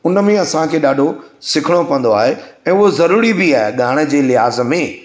हुन में असांखे ॾाढो सिखिणो पवंदो आहे ऐं उहो ज़रूरी बि आहे ॻाइण जे लिहाज़ में